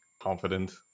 confident